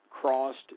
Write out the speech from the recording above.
crossed